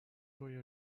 رویا